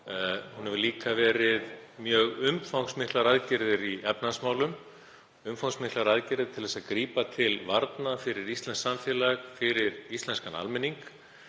Hún hefur líka falið í sér mjög umfangsmiklar aðgerðir í efnahagsmálum, umfangsmiklar aðgerðir til að grípa til varna fyrir íslenskt samfélag, fyrir íslenskan almenning